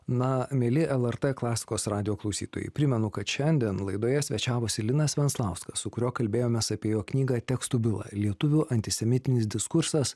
na mieli lrt klasikos radijo klausytojai primenu kad šiandien laidoje svečiavosi linas venclauskas su kuriuo kalbėjomės apie jo knygą tekstų byla lietuvių antisemitinis diskursas